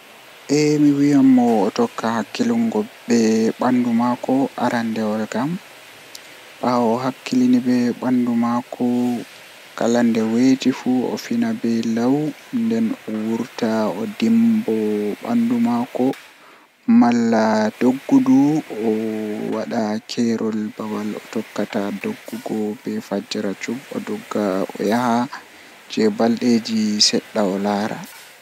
Eh mi wiyan mo o tokka hakkilingo bebandu maakko arandewol kam baawo o hakkili be bandu maako kala nde weeti fu o fina be law nden o wurta o dimbo bandu maako malla dogguki o wada keerol babal o tokkata doggugo be fajjira cub o dogga o yaha jei baldeeji sedda o laara